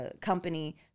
company